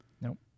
Nope